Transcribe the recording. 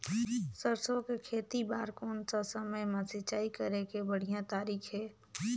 सरसो के खेती बार कोन सा समय मां सिंचाई करे के बढ़िया तारीक हे?